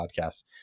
podcast